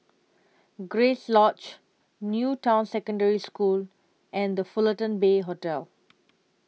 Grace Lodge New Town Secondary School and The Fullerton Bay Hotel